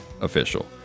official